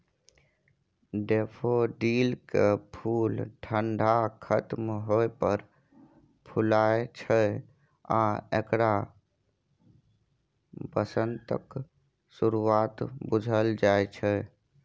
डेफोडिलकेँ फुल ठंढा खत्म होइ पर फुलाय छै आ एकरा बसंतक शुरुआत बुझल जाइ छै